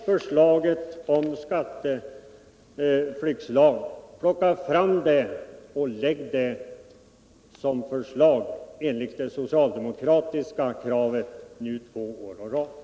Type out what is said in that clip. förslaget till skatteflyktslag och lägga det på riksdagens bord enligt det socialdemokratiska kravet två år i rad?